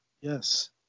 Yes